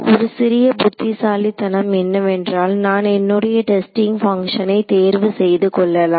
ஒரு சிறிய புத்திசாலித்தனம் என்னவென்றால் நான் என்னுடைய டெஸ்டிங் பங்ஷனை தேர்வு செய்து கொள்ளலாம்